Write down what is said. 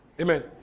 Amen